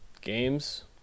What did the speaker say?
games